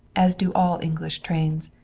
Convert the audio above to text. as do all english trains,